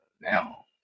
now